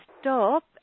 stop